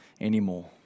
anymore